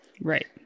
Right